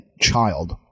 child